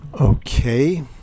Okay